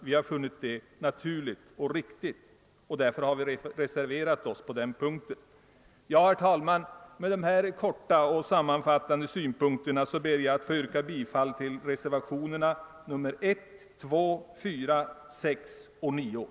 Vi har ansett detta naturligt och riktigt, och därför har vi reserverat oss på den punkten. Herr talman! Med dessa sammanfattande synpunkter ber jag att få yrka bifall till reservationerna 1, 2, 4, 6 och